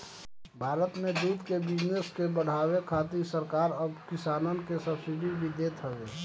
भारत में दूध के बिजनेस के बढ़ावे खातिर सरकार अब किसानन के सब्सिडी भी देत हवे